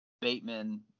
Bateman